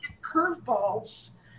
curveballs